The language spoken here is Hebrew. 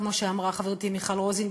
כמו שאמרה חברתי מיכל רוזין,